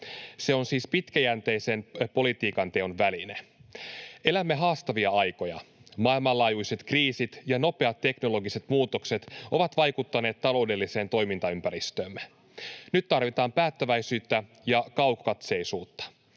Se on siis pitkäjänteisen politiikanteon väline. Elämme haastavia aikoja. Maailmanlaajuiset kriisit ja nopeat teknologiset muutokset ovat vaikuttaneet taloudelliseen toimintaympäristöömme. Nyt tarvitaan päättäväisyyttä ja kaukokatseisuutta.